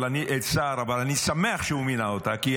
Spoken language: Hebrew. אבל אני שמח שהוא מינה אותה כי היא